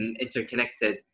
interconnected